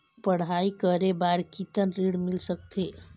पढ़ाई करे बार कितन ऋण मिल सकथे?